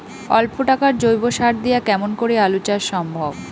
অল্প টাকার জৈব সার দিয়া কেমন করি আলু চাষ সম্ভব?